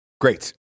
Great